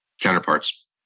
counterparts